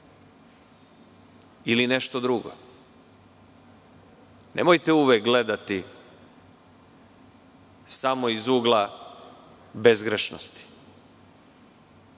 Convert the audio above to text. ili nešto drugo. Nemojte gledati samo iz ugla bezgrešnosti,